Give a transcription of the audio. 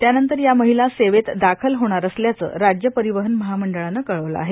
त्यानंतर या महिला सेवेत दाखल होणार असल्याचं राज्य परिवहन महामंडळान कळवील आहे